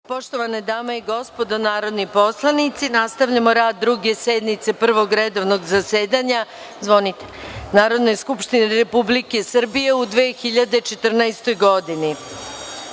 Poštovane dame i gospodo narodni poslanici, nastavljamo rad Druge sednice Prvog redovnog zasedanja Narodne skupštine Republike Srbije u 2014. godini. Na